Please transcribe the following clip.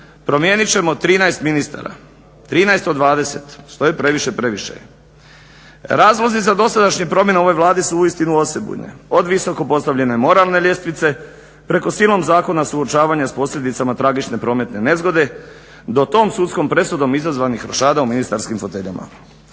promijenit ćemo 13 ministara, 13 od 20. Što je previše, previše je. Razlozi za dosadašnje promjene u ovoj Vladi su uistinu osebujne, od visoko postavljene moralne ljestvice, preko silom zakona suočavanje s posljedicama tragične prometne nezgode, do tom sudskom presudom izazvanih rošada u ministarskim foteljama.